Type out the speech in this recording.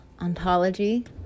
ontology